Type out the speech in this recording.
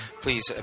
please